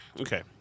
Okay